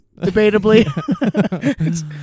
debatably